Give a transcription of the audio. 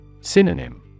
Synonym